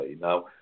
Now